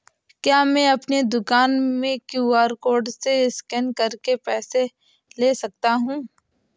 क्या मैं अपनी दुकान में क्यू.आर कोड से स्कैन करके पैसे ले सकता हूँ?